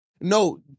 No